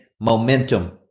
momentum